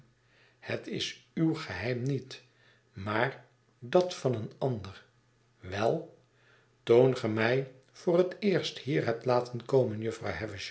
het is uw geheim niet maar dat van een ander wel toen ge mij voor het eerst hier hebt laten komen jufvrouw